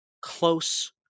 close